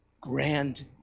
grand